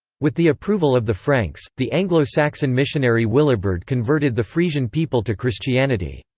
with the approval of the franks, the anglo-saxon missionary willibrord converted the frisian people to christianity.